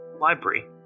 library